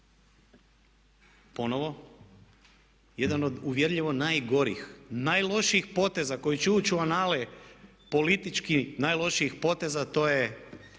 ponovo jedan od uvjerljivo najgorih, najlošijih poteza koji će ući u anale politički najlošijih poteza to je